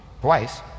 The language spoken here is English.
twice